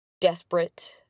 desperate